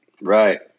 Right